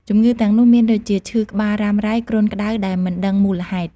ជំងឺទាំងនោះមានដូចជា ឈឺក្បាលរ៉ាំរ៉ៃ គ្រុនក្តៅដែលមិនដឹងមូលហេតុ។